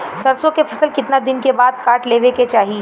सरसो के फसल कितना दिन के बाद काट लेवे के चाही?